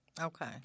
Okay